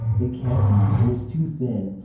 it can't be. it was too thin.